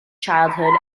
childhood